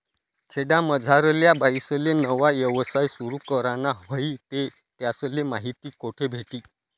खेडामझारल्या बाईसले नवा यवसाय सुरु कराना व्हयी ते त्यासले माहिती कोठे भेटी?